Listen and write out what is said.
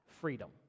freedom